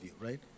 right